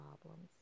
problems